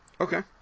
Okay